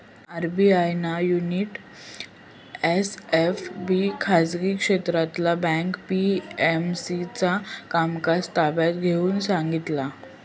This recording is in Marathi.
आर.बी.आय ना युनिटी एस.एफ.बी खाजगी क्षेत्रातला बँक पी.एम.सी चा कामकाज ताब्यात घेऊन सांगितला